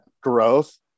growth